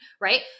Right